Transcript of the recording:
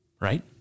right